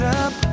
up